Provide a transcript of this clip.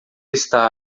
está